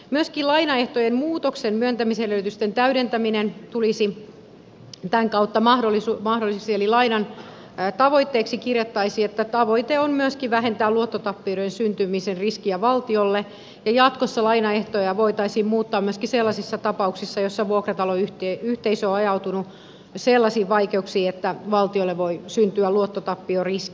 myöskin lainaehtojen muutoksen myöntämisedellytysten täydentäminen tulisi tämän kautta mahdolliseksi eli lainan tavoitteeksi kirjattaisiin että tavoite on myöskin vähentää luottotappioiden syntymisen riskiä valtiolle ja jatkossa lainaehtoja voitaisiin muuttaa myöskin sellaisissa tapauksissa joissa vuokrataloyhteisö on ajautunut sellaisiin vaikeuksiin että valtiolle voi syntyä luottotappioriski